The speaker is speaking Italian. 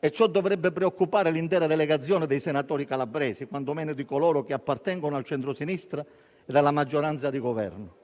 e ciò dovrebbe preoccupare l'intera delegazione dei senatori calabresi, quantomeno di coloro che appartengono al centrosinistra e alla maggioranza di Governo.